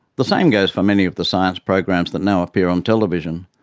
the same goes for many of the science programs that now appear on television.